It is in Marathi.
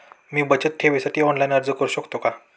मी बचत ठेवीसाठी ऑनलाइन अर्ज करू शकतो का?